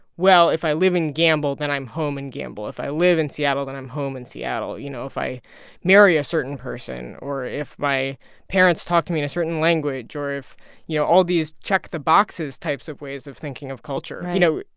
well, if i live in gambell, then i'm home in gambell. if i live in seattle, then i'm home in seattle. you know, if i marry a certain person or if my parents talk to me in a certain language or if you know, all these check-the-boxes types of ways of thinking of culture right you know,